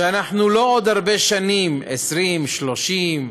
שאנחנו לא עוד הרבה שנים, 20, 30,